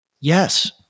yes